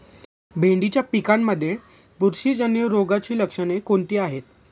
भेंडीच्या पिकांमध्ये बुरशीजन्य रोगाची लक्षणे कोणती आहेत?